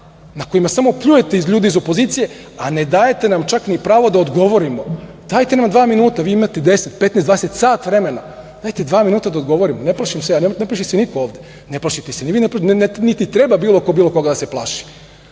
na kojima samo pljujete ljude iz opozicije a ne dajete nam čak ni pravo da odgovorimo. Dajte nam dva minuta, vi imate 10, 15, sat vremena, dajte dva minuta da odgovorimo. Ne plašim se ja, ne plaši se niko ovde. Ne plašite se ni vi, niti treba bilo ko bilo koga da se plaši.